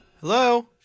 Hello